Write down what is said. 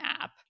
app